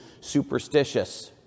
superstitious